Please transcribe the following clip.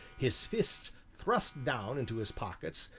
his fists thrust down into his pockets,